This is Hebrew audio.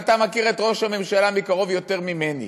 אתה מכיר את ראש הממשלה מקרוב יותר ממני.